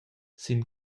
sin